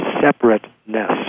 separateness